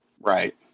Right